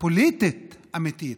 פוליטית אמיתית,